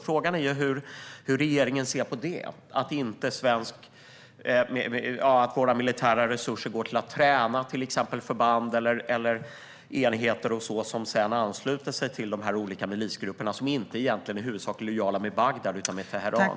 Frågan är hur regeringen ser på det och att våra militära resurser går till att träna till exempel förband eller enheter som sedan ansluter sig till de olika milisgrupper som inte i huvudsak är lojala med Bagdad utan med Teheran.